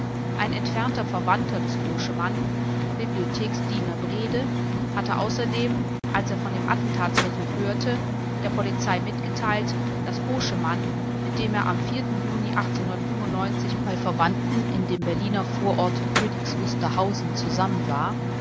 ein entfernter verwandter des koschemann bibliotheksdiener brede hatte außerdem als er von dem attentatsversuch hörte der polizei mitgeteilt daß koschemann mit dem er am juni bei verwandten in dem berliner vororte königs wusterhausen zusammen war